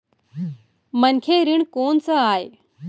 मनखे ऋण कोन स आय?